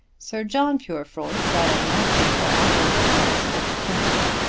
sir john purefoy got a nasty fall over some stiff timber,